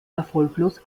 erfolglos